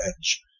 edge